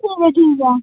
चलो ठीक ऐ